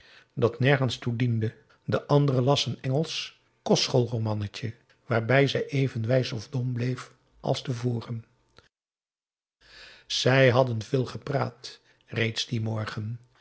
dat nergens toe diende de andere las een engelsch kostschoolromannetje waarbij zij even wijs of dom bleef als te voren zij hadden veel gepraat reeds dien morgen